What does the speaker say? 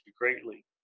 greatly